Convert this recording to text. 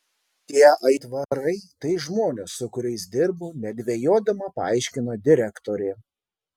tie aitvarai tai žmonės su kuriais dirbu nedvejodama paaiškino direktorė